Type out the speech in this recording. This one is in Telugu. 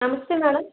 నమస్తే మేడం